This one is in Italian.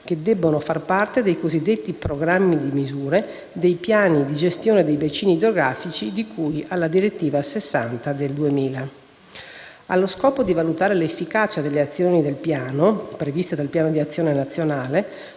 che devono far parte dei cosiddetti «programmi di misure» dei piani di gestione dei bacini idrografici di cui alla direttiva 2000/60/CE. Allo scopo di valutare l'efficacia delle azioni previste dal Piano di azione nazionale,